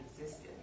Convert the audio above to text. existed